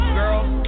girls